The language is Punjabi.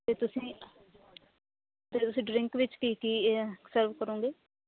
ਅਤੇ ਤੁਸੀਂ ਤੇ ਤੁਸੀਂ ਡਰਿੰਕ ਵਿੱਚ ਕੀ ਕੀ ਸਰਵ ਕਰੋਗੇ